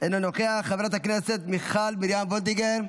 אינו נוכח, חברת הכנסת מיכל מרים וולדיגר,